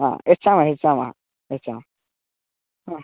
हा यच्छामि यच्छामः यच्छामः ह्म्